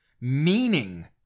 meaning